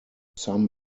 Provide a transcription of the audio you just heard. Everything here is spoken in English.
some